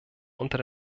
unter